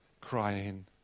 crying